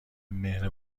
مهر